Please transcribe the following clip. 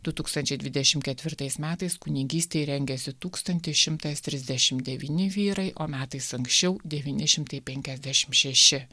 du tūkstančiai dvidešim ketvirtais metais kunigystei rengėsi tūkstantis šimtas trisdešim devyni vyrai o metais anksčiau devyni šimtai penkiasdešim šeši